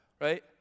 Right